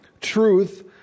truth